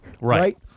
Right